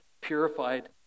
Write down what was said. purified